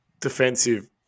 defensive